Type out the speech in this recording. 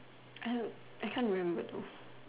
I don't I can't remember though